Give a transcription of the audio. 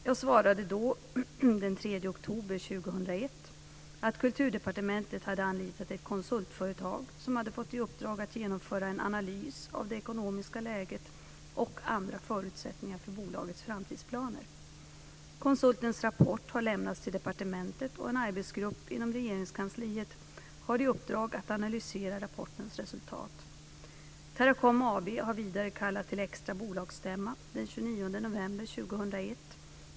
Jag svarade då den 3 oktober 2001 att Kulturdepartementet hade anlitat ett konsultföretag som hade fått i uppdrag att genomföra en analys av det ekonomiska läget och andra förutsättningar för bolagets framtidsplaner. Konsultens rapport har lämnats till departementet, och en arbetsgrupp inom Regeringskansliet har i uppdrag att analysera rapportens resultat. Teracom november 2001.